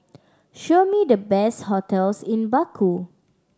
show me the best hotels in Baku